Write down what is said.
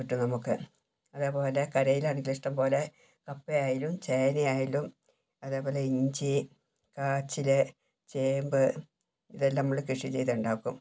കിട്ടും നമുക്ക് അതേപോലെ കരയിലാണെങ്കിൽ ഇഷ്ട്ടം പോലെ കപ്പയായാലും ചേനയായാലും അതേപോലെ ഇഞ്ചി കാച്ചിൽ ചേമ്പ് ഇതെല്ലം നമ്മൾ കൃഷി ചെയ്തുണ്ടാക്കും